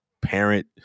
parent